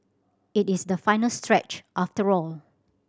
it is the final stretch after all